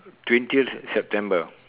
twentieth September